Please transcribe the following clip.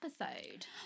episode